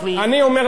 לא יפה,